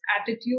attitude